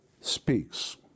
speaks